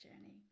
journey